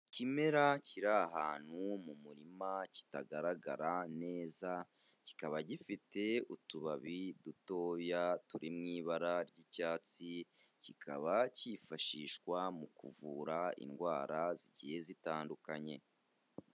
Ikimera kiri ahantu mu murima kitagaragara neza, kikaba gifite utubabi dutoya turi mu ibara ry'icyatsi, kikaba cyifashishwa mu kuvura indwara zigiye zitandukanye.